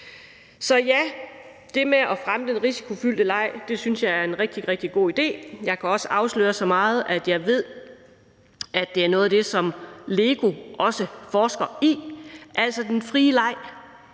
Så det med at fremme den risikofyldte leg synes jeg er en rigtig, rigtig god idé. Jeg kan også afsløre så meget, at jeg ved, at det er noget af det, som LEGO også forsker i, altså den frie leg.